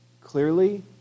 clearly